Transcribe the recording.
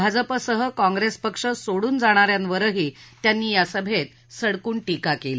भाजप सह काँग्रेस पक्ष सोडून जाणा यांवरही त्यांनी या सभेत आज सडकून िक्रिा केली